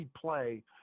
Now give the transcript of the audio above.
play